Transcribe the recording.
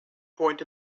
point